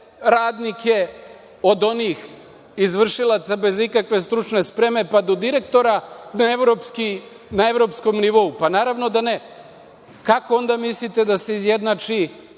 radnike od onih izvršilaca bez ikakve stručne spreme pa do direktora, na evropskom nivou? Naravno, da ne. Kako onda mislite da se izjednači